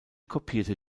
kopierte